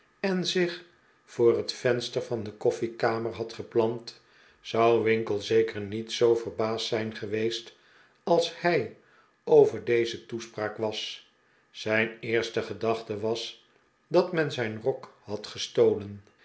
en zich voor het venster van de koffiekamer had geplant zou winkle zeker niet zoo verbaasd zijn geweest als hij over deze toespraak was zijn eerste gedachte was dat men zijn rok had gestolen